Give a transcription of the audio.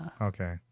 Okay